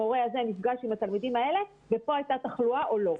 המורה הזה נפגש עם התלמידים האלה וכאן הייתה תחלואה או לא.